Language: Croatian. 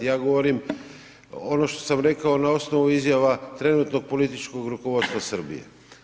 Ja govorim ono što sa rekao na osnovu izjava trenutnog političkog rukovodstva Srbije.